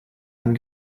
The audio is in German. einen